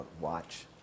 watch